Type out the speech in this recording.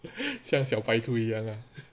像小白兔一样啊